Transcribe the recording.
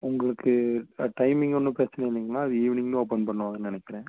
உங்களுக்கு sir timing ஒன்றும் பிரச்சினை இல்லைங்களா அது ஈவினிங் தான் ஓப்பன் பண்ணுவாங்கன்னு நினைக்கறேன்